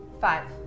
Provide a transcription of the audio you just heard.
Five